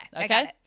Okay